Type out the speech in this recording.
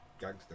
gangster